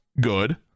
good